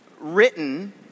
written